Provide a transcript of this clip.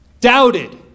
doubted